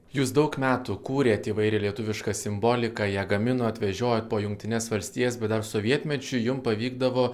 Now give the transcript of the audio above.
jūs daug metų kūrėt įvairią lietuvišką simboliką ją gaminot vežiojot po jungtines valstijas bet dar sovietmečiu jum pavykdavo